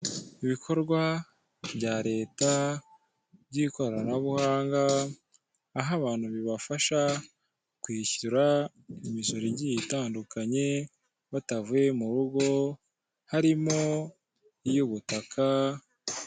Ibikorwa bya leta by'ikoranabuhanga aho abantu bibafasha kwishyura imisoro igiye itandukanye batavuye mu rugo harimo iy'ubutaka.